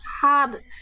hard